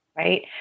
Right